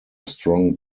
strong